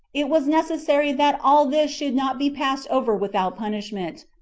it was necessary that all this should not be passed over without punishment,